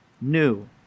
new